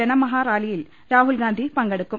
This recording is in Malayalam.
ജനമഹാറാ ലിയിൽ രാഹുൽഗാന്ധി പങ്കെടുക്കും